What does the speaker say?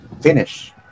finish